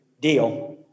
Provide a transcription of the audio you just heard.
deal